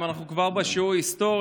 אם אנחנו כבר בשיעור היסטוריה,